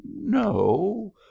no